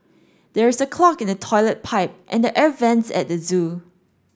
there is a clog in the toilet pipe and the air vents at the zoo